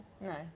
No